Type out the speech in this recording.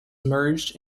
merged